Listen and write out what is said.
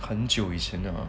很久以前的吧